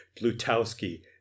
Blutowski